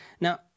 Now